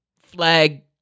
Flag